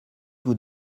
vous